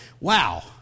Wow